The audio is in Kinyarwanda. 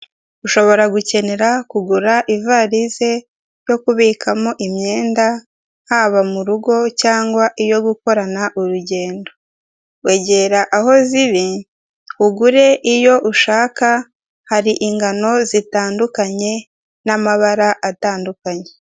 Ushobora gukenera kugura ivarize yo kubikamo imyenda yaba mu rugo cyangwa iyo gukorana urugendo wegera aho ziri, ugure iyo ushaka hari ingano zitandukanye n'amabara atandukanye.